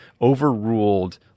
overruled